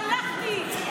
עשיתי, הלכתי.